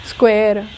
Square